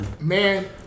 man